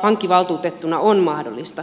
pankkivaltuutettuna on mahdollista